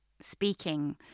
speaking